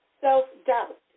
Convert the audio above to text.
self-doubt